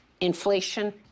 Inflation